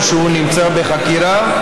או שהוא נמצא בחקירה,